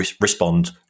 respond